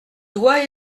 doigt